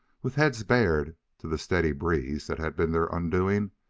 with heads bared to the steady breeze that had been their undoing,